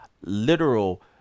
literal